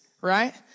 Right